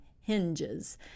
hinges